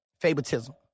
favoritism